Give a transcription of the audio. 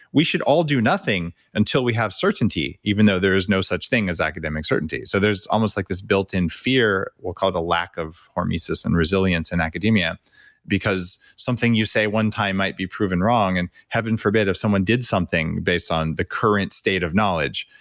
we should all do nothing until we have certainty, even though there is no such thing as academic certainty so there's almost like this built in fear. we'll call it a lack of hormesis and resilience in academia because something you say one time might be proven wrong. and heaven forbid if someone did something based on the current state of knowledge.